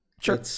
Sure